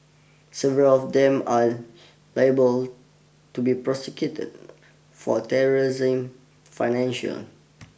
several of them are liable to be prosecuted for terrorism financial